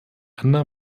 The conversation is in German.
ana